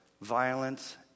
violence